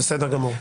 בסדר גמור.